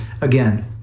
again